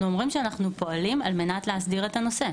אנחנו אומרים שאנחנו פועלים על מנת להסדיר את הנושא.